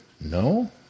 no